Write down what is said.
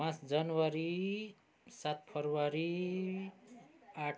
पाँच जनवरी सात फरवरी आठ